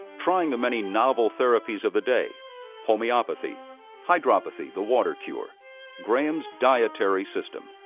trying the many novel therapies of the day homeopathy hydropathy, the water cure graham's dietary system.